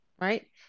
right